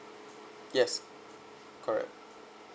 yes correct